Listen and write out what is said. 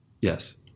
Yes